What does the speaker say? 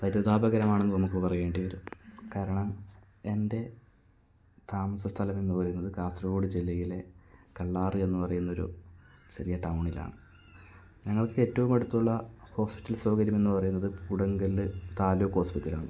പരിതാപകരമാണെന്ന് നമുക്ക് പറയേണ്ടി വരും കാരണം എൻ്റെ താമസസ്ഥലം എന്ന് പറയുന്നത് കാസർഗോട് ജില്ലയിലെ കല്ലാറി എന്ന് പറയുന്ന ഒരു ചെറിയ ടൗണിലാണ് ഞങ്ങൾക്ക് ഏറ്റവും അടുത്തുള്ള ഹോസ്പിറ്റൽ സൗകര്യം എന്ന് പറയുന്നത് കൂടംകല്ല് താലൂക്ക് ഹോസ്പിറ്റലാണ്